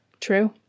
True